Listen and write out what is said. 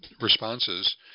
responses